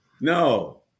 No